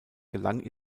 gelang